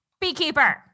beekeeper